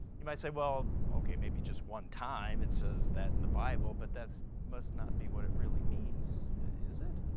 you might say well okay maybe just one time it says that in the bible but it must not be what it really means is it?